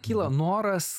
kyla noras